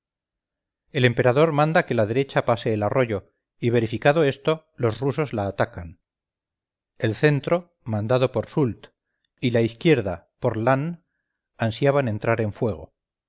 el emperador manda que la derecha pase el arroyo y verificado esto los rusos la atacan el centro mandado por soult y la izquierda por lannes ansiaban entrar en fuego